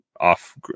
off